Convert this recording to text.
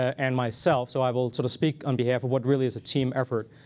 and myself. so i will sort of speak on behalf of what really is a team effort.